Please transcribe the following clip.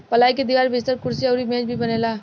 पलाई के दीवार, बिस्तर, कुर्सी अउरी मेज भी बनेला